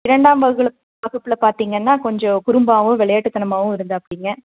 இரண்டாம் வகுல வகுப்பில் பார்த்தீங்கன்னா கொஞ்சம் குறும்பாகவும் விளையாட்டுத்தனமாவும் இருந்தாப்பிடிங்க